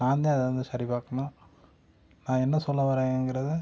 நான்தான் அதை வந்து சரி பார்க்கணும் நான் என்ன சொல்ல வரேங்கிறத